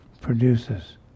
produces